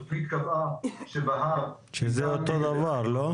התכנית שבהר -- שזה אותו דבר, לא?